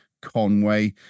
conway